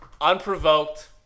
unprovoked